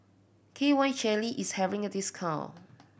K Y Jelly is having a discount